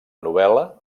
novel·la